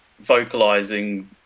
vocalizing